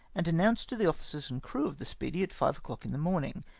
and announced to the officers and crew of the speedy at five o'clock in the morning,